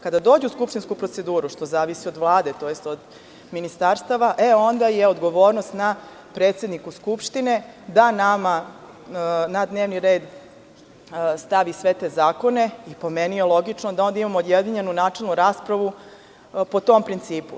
Kada dođu u skupštinsku proceduru, što zavisi od Vlade, tj. od ministarstva, onda je odgovornost na predsedniku Skupštine da nama na dnevni red stavi sve te zakone i po meni je logično da imamo objedinjenu načelnu raspravu po tom principu.